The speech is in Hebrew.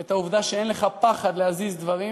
ואת העובדה שאין לך פחד להזיז דברים.